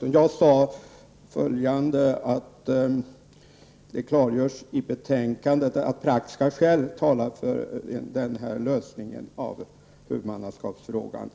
Jag sade att det klargörs i betänkandet att praktiska skäl talar för den här lösningen av huvudmannaskapsfrågan.